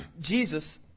Jesus